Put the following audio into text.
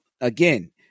Again